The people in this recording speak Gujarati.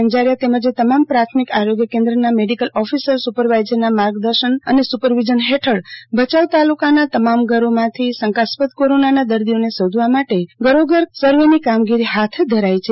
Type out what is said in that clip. એજારીયા તેમજ તેમામ પ્રાથમિક આરોગ્ય કેન્દ્ર ના મેડિકલઓફિસર સુપેરેવાઈઝરના માર્ગદર્શન સુપરવિઝન ફેઠળ ભચાઉ તાલુકાના તમામ ઘરો માંથી શંકાસ્પદ કોરોનોનાદર્દીઓને શોધવા માટે ઘરો ઘર સર્વે ની કામગીરી ફાથ ધરાઈ છે